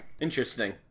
Interesting